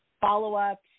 follow-ups